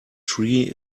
tree